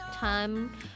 time